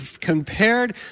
compared